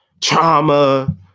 trauma